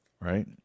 right